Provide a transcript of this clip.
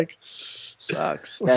sucks